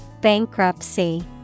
Bankruptcy